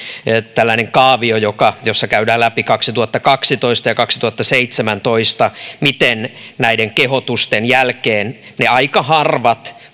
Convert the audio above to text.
tällainen kaavio jossa käydään läpi kaksituhattakaksitoista ja kaksituhattaseitsemäntoista miten kehotusten jälkeen ne aika harvat